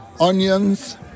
onions